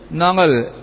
nangal